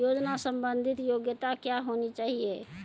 योजना संबंधित योग्यता क्या होनी चाहिए?